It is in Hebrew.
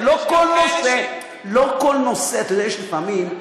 אבל לא כל נושא, אתה יודע, לפעמים,